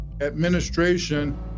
administration